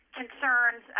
concerns